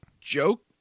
joke